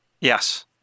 Yes